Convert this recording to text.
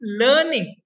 learning